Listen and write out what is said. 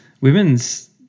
women's